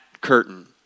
curtain